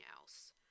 else